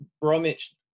Bromwich